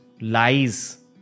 lies